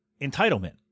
entitlement